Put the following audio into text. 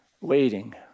waiting